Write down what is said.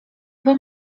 wam